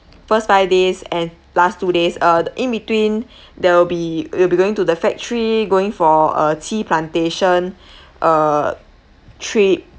first five days and last two days uh in between there will be will be going to the factory going for uh tea plantation uh trip